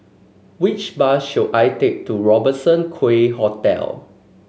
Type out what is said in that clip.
which bus should I take to Robertson Quay Hotel